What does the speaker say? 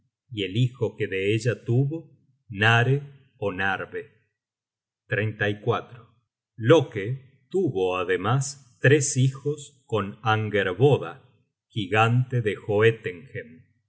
y el hijo que de ella tuvo nare ó narve loke tuvo ademas tres hijos con angerboda giganta de